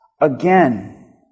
again